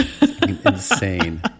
Insane